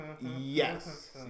Yes